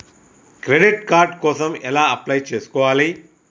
Credit card కోసం ఎలా apply చేసుకోవాలి?